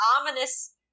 ominous